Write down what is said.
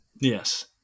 Yes